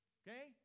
okay